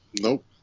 Nope